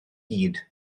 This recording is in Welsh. gyd